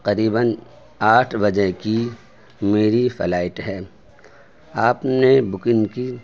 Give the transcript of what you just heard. قریباً آٹھ بجے کی میری فلائٹ ہے آپ نے بکنگ کی